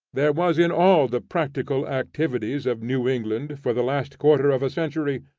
there was in all the practical activities of new england for the last quarter of a century,